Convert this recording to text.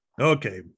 Okay